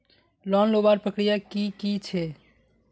Loan लुबार प्रक्रिया की की छे?